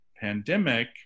pandemic